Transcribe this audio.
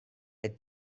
der